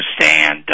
understand